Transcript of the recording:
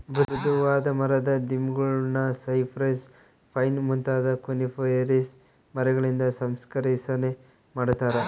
ಮೃದುವಾದ ಮರದ ದಿಮ್ಮಿಗುಳ್ನ ಸೈಪ್ರೆಸ್, ಪೈನ್ ಮುಂತಾದ ಕೋನಿಫೆರಸ್ ಮರಗಳಿಂದ ಸಂಸ್ಕರಿಸನೆ ಮಾಡತಾರ